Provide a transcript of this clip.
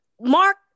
Mark